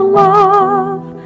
love